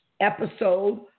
episode